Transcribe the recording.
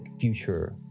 future